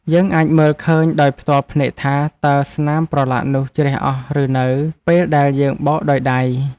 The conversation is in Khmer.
យើងអាចមើលឃើញដោយផ្ទាល់ភ្នែកថា តើស្នាមប្រឡាក់នោះជ្រះអស់ឬនៅ ពេលដែលយើងបោកដោយដៃ។